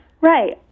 Right